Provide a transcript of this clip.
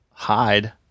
hide